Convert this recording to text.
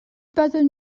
byddwn